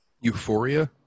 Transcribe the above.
Euphoria